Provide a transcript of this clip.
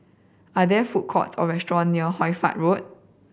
are there food courts or restaurants near Hoy Fatt Road